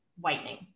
whitening